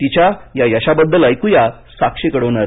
तिच्या या यशाबद्दल ऐकुया साक्षीकडूनच